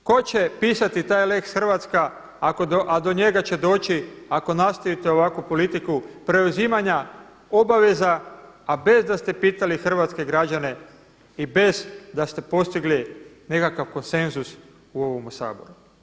Tko će pisati taj lex Hrvatska, a do njega će doći ako nastavite ovakvu politiku preuzimanja obaveza, a bez da ste pitali hrvatske građane i bez da ste postigli nekakav konsenzus u ovomu Saboru.